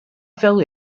fell